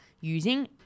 using